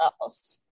else